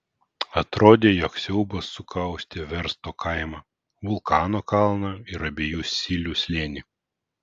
atrodė jog siaubas sukaustė versto kaimą vulkano kalną ir abiejų silių slėnį